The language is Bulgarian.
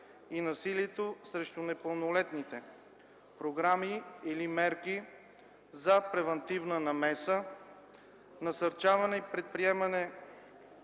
и насилието срещу непълнолетните; програми или мерки за превантивна намеса; насърчаване и предприемане